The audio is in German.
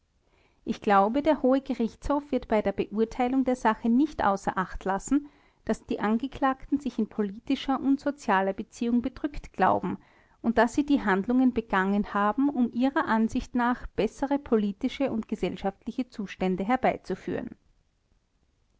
ich glaube der hohe gerichtshof wird bei der beurteilung der sache nicht außer acht lassen daß die angeklagten sich in politischer und sozialer beziehung bedrückt glauben und daß sie die handlungen begangen haben um ihrer ansicht nach bessere politische und gesellschaftliche zustände herbeizuführen